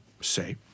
say